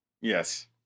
Yes